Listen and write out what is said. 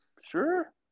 sure